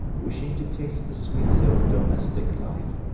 wishing to taste the sweets of domestic life,